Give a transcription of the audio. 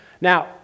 Now